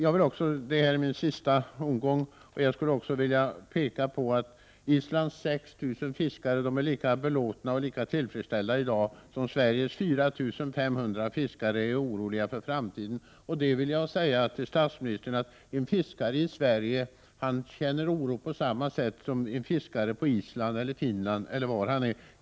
Det här är mitt sista inlägg. Jag skulle då vilja peka på att Islands 6 000 fiskare i dag är lika tillfredsställda som Sveriges 4 500 fiskare är oroliga för framtiden. Jag vill säga till statsministern att en fiskare i Sverige känner oro på samma sätt som fiskare från Island eller Finland.